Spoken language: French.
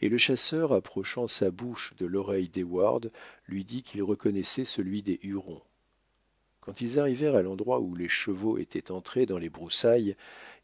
et le chasseur approchant sa bouche de l'oreille d'heyward lui dit qu'il reconnaissait celui des hurons quand ils arrivèrent à l'endroit où les chevaux étaient entrés dans les broussailles